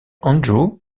andrew